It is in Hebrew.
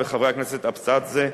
וחברי הכנסת אבסדזה,